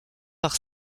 par